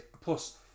Plus